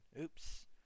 oops